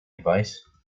advice